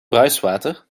bruiswater